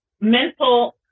mental